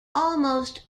almost